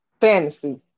fantasy